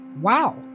wow